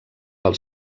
pel